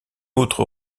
autre